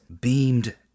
Beamed